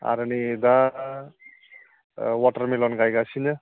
आरो नै दा वाटारमेलन गायगासिनो